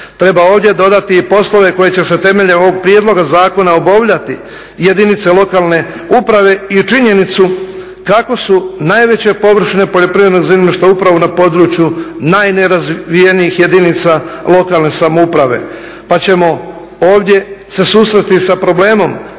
Treba ovdje dodati i poslove koji će se temeljem ovog prijedloga zakona obavljati jedinice lokalne samouprave i činjenicu kako su najveće površine poljoprivrednog zemljišta upravo na području najnerazvijenijih jedinica lokalne samouprave. Pa ćemo ovdje se susresti sa problemom